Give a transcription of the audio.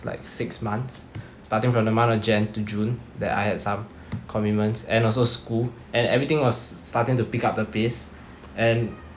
like six months starting from the month of jan to june that I had some commitments and also school and everything was starting to pick up the pace and